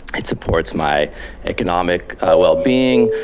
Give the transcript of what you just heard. it supports my economic well being,